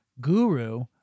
guru